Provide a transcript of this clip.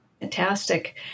Fantastic